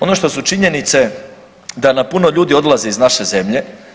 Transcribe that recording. Ono što su činjenice da nam puno ljudi odlazi iz naše zemlje.